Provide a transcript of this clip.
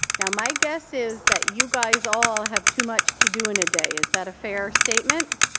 now, my guess is that you guys all have too much to do in a day. is that a fair statement?